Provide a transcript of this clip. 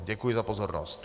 Děkuji za pozornost.